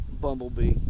bumblebee